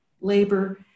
labor